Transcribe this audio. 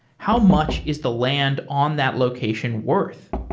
how much is the land on that location worth?